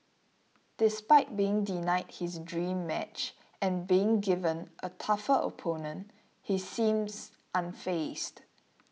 despite being denied his dream match and being given a tougher opponent he seems unfazed